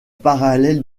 parallèle